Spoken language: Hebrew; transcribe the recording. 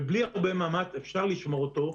ובלי הרבה מאמץ אפשר לשמור אותו,